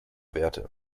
werte